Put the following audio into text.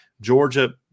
Georgia